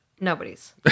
Nobody's